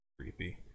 creepy